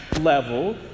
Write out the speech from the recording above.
level